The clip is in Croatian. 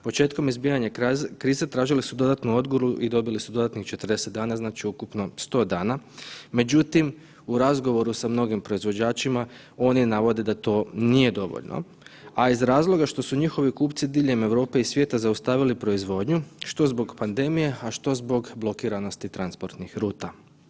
Početkom izbijanja krize tražili su dodatnu odgodu i dobili su dodatnih 40 dana, dakle ukupno 100 dana, međutim, u razgovoru sa mnogih proizvođačima oni navode da to nije dovoljno, a iz razloga što su njihovi kupci diljem Europe i svijeta zaustavili proizvodnju, što zbog pandemije, a što zbog blokiranosti transportnih ruta.